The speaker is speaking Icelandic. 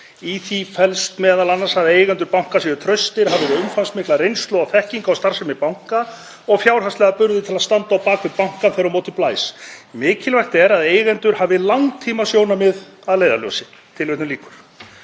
Í því felst að eigendur banka séu traustir, hafi umfangsmikla reynslu og þekkingu á starfsemi banka og fjárhagslega burði til að standa á bak við bankann þegar á móti blæs. Mikilvægt er að eigendur hafi langtímasjónarmið að leiðarljósi.“ Til að fá slíka